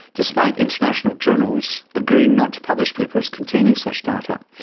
despite international journals agreeing not to publish papers containing such data.